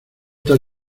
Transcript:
tal